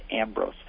Ambrose